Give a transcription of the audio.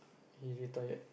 he retired